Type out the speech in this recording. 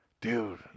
Dude